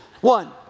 One